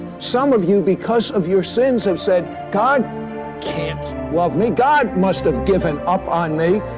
some of you because of your sins have said, god can't love me, god must have given up on me.